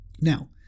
Now